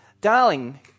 Darling